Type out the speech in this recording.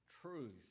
truth